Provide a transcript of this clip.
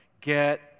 Get